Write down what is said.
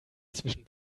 zwischen